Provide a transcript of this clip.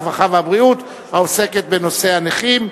הרווחה והבריאות העוסקת בנושא הנכים,